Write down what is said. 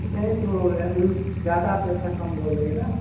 नहीं तो यह दूर ज़्यादा पैसा कम बोल रही हो ना